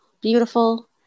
beautiful